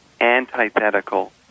antithetical